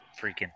freaking